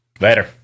Later